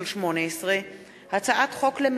פ/4285/18 וכלה בהצעת חוק פ/4301/18,